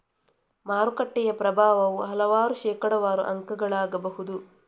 ಮಾರುಕಟ್ಟೆಯ ಪ್ರಭಾವವು ಹಲವಾರು ಶೇಕಡಾವಾರು ಅಂಕಗಳಾಗಬಹುದು